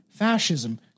fascism